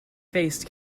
faced